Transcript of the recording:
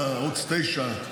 ערוץ 9,